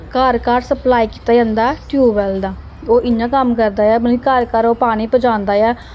घर घर सप्लाई कीत्ता जंदा ऐ टयूबवैल दा ओह् इ'यां कम्म करदा ऐ मतलब कि घर घर ओह् पानी पजांदा ऐ